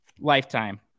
lifetime